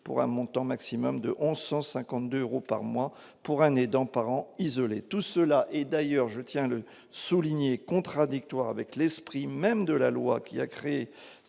pour un montant maximum de 1152 euros par mois pour un et dans parent isolé, tout cela et d'ailleurs, je tiens à le souligner, contradictoire avec l'esprit même de la loi qui a créé